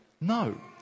no